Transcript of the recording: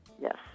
Yes